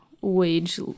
wage